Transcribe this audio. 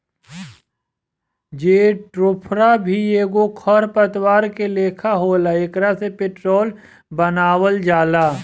jatropha भी एगो खर पतवार के लेखा होला एकरा से पेट्रोल बनावल जाला